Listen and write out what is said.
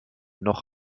noch